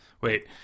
Wait